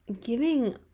giving